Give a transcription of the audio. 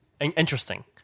interesting